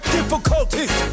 difficulties